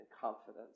confidence